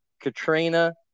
Katrina